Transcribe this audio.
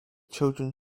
children